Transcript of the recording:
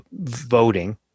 voting